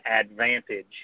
advantage